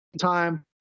time